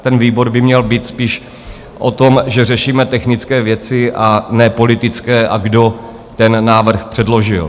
Ten výbor by měl být spíš o tom, že řešíme technické věci, a ne politické a kdo ten návrh předložil.